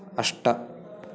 अष्ट